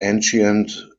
ancient